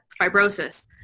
fibrosis